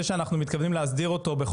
אבל אנחנו נעשה על זה עבודה בלי קשר.